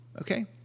Okay